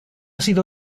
sido